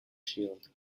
shield